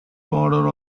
border